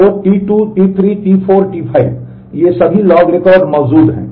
तो T2 T3 T4 T5 ये सभी लॉग रिकॉर्ड मौजूद हैं